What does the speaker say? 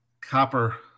copper